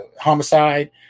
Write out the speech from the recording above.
homicide